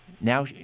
Now –